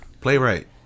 Playwright